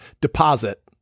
deposit